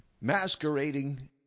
masquerading